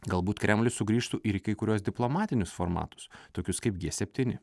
galbūt kremlius sugrįžtų ir kai kuriuos diplomatinius formatus tokius kaip g septyni